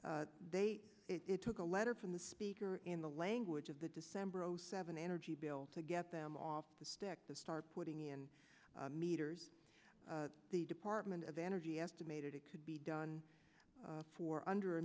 they it took a letter from the speaker in the language of the december zero seven energy bill to get them off the stick to start putting in meters the department of energy estimated it could be done for under a